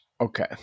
okay